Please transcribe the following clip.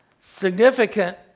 Significant